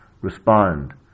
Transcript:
respond